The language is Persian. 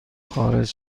خارج